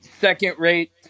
second-rate